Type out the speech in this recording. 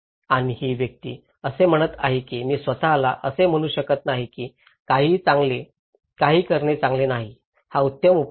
आणि ती व्यक्ती असे म्हणत आहे की मी स्वत ला असे म्हणू शकत नाही की काहीही करणे चांगले नाही हा सर्वोत्तम उपाय नाही